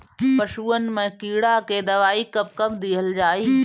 पशुअन मैं कीड़ा के दवाई कब कब दिहल जाई?